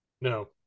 No